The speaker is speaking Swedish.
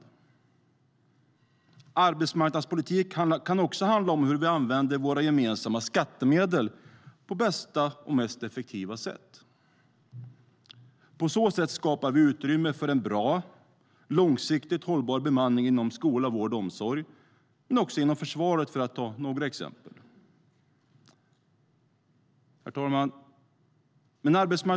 Herr talman!